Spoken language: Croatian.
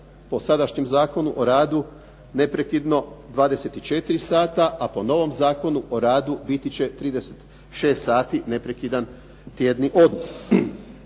po sadašnjem Zakonu o radu neprekidno 24 sata a po novom Zakonu o radu biti će 36 sati neprekidan tjedni odmor.